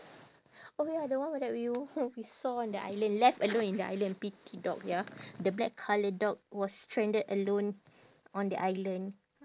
oh ya the one where that you we saw on the island alone left alone in the island pity dog ya the black colour dog was stranded alone on the island